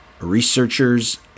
researchers